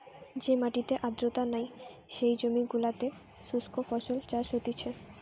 যে মাটিতে আর্দ্রতা নাই, যেই জমি গুলোতে শুস্ক ফসল চাষ হতিছে